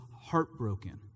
heartbroken